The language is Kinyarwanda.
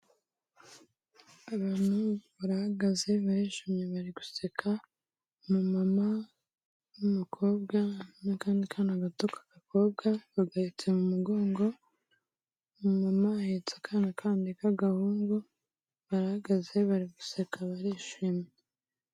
Abantu barahagaze barishimye bari guseka, umumama n'umukobwa n'akandi kana gato k'agakobwa bagahetse mu mugongo, umumama ahetse akana kandi k'agahungu, barahagaze bari guseka barishimye.